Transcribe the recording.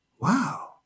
wow